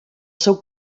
seu